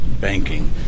banking